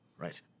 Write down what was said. Right